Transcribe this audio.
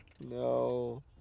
no